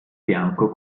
bianco